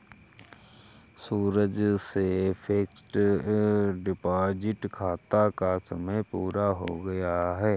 सूरज के fixed deposit खाता का समय पूरा हो गया है